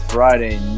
Friday